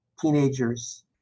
teenagers